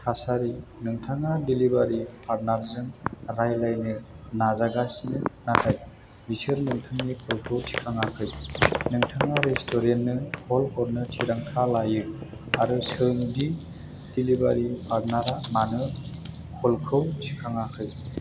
थासारि नोंथाङा डिलिभारि पार्टनारजों रायलायनो नाजागासिनो नाथाय बिसोर नोंथांनि कलखौ थिखाङाखै नोंथाङा रेस्टुरेन्टनो कल हरनो थिरांथा लायो आरो सोंदि डिलिभारि पार्टनारा मानो कलखौ थिखाङाखै